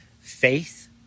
Faith